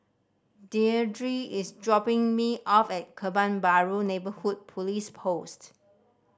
Deirdre is dropping me off at Kebun Baru Neighbourhood Police Post